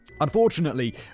Unfortunately